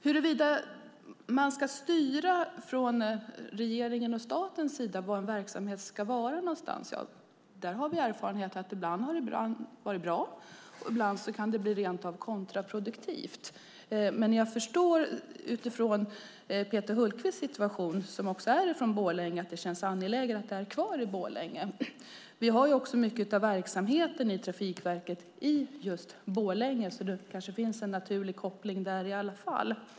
Huruvida man från regeringens och statens sida ska styra var en verksamhet ska vara har vi erfarenheten att det ibland har varit bra och ibland kan bli rent kontraproduktivt. Men jag förstår utifrån situationen för Peter Hultqvist, som är från Borlänge, att det känns angeläget att verksamheten är kvar i Borlänge. Mycket av Trafikverkets verksamhet finns också i just Borlänge, så det kanske finns en naturlig koppling där i alla fall.